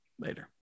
Later